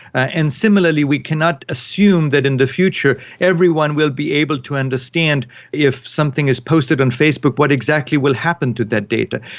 and similarly we cannot assume that in the future everyone will be able to understand if something is posted on facebook what exactly will happen to that data.